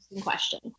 question